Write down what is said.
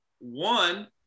One